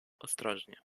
ostrożnie